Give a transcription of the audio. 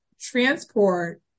transport